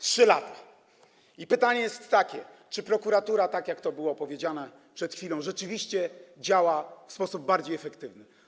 3 lata, i pytanie jest takie, czy prokuratura, tak jak to było powiedziane przed chwilą, rzeczywiście działa w sposób bardziej efektywny.